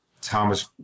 Thomas